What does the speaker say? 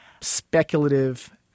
speculative